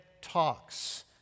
Talks